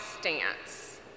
stance